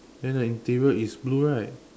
then the interior is blue right